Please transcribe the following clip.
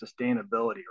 sustainability